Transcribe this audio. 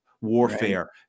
warfare